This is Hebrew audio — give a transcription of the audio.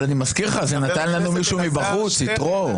אבל אני מזכיר לך נתן לנו מישהו מבחוץ, יתרו.